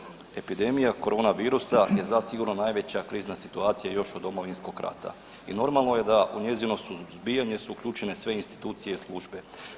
Ovako, ministre epidemija korona virusa je zasigurno najveća krizna situacija još od Domovinskog rata i normalno je da u njezino suzbijanje su uključene sve institucije i službe.